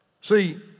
See